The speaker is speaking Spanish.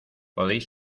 podéis